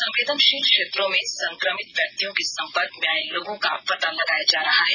संवेदनशील क्षेत्रों में संक्रमित व्यक्तियों के संपर्क में आये लोगों का पता लगाया जा रहा है